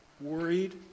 worried